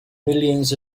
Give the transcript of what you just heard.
millions